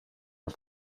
and